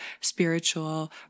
spiritual